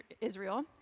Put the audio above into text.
Israel